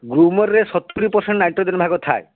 ଗୃମରରେ ସତୁରି percent nitrogen ଭାଗ ଥାଏ